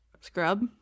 Scrub